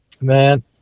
man